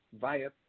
via